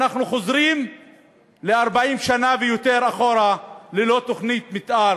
אנחנו חוזרים 40 שנה ויותר אחורה ללא תוכנית מתאר